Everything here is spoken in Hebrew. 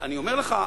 אני אומר לך,